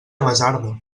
basarda